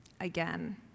Again